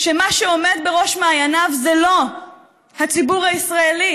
שמה שעומד בראש מעייניו זה לא הציבור הישראלי.